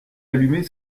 allumé